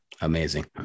Amazing